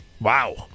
Wow